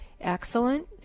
Excellent